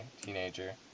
teenager